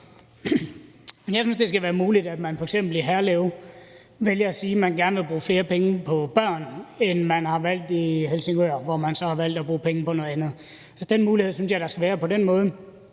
jeg synes, det skal være muligt, at man f.eks. i Herlev vælger at sige, at man gerne vil bruge flere penge på børn, end de har valgt at gøre det i Helsingør, hvor de så har valgt at bruge penge på noget andet. Den mulighed synes jeg der skal være, for på den måde